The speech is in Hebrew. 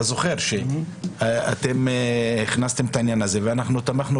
אתה זוכר שהכנסתם את העניין הזה ואנחנו תמכנו